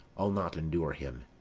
i'll not endure him.